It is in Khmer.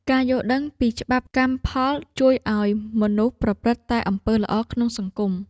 ការយល់ដឹងពីច្បាប់កម្មផល ជួយឱ្យមនុស្សប្រព្រឹត្តតែអំពើល្អក្នុងសង្គម។